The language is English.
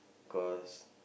cause